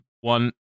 one